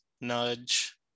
nudge